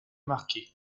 marqué